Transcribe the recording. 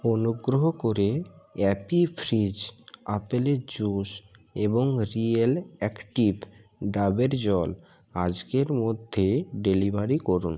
অনুগ্রহ করে Appy Fizz আপেলের জুস এবং রিয়েল অ্যাক্টিভ ডাবের জল আজকের মধ্যে ডেলিভারি করুন